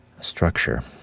Structure